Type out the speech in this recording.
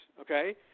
Okay